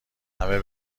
همه